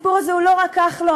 הסיפור הזה הוא לא רק כחלון,